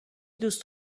دوست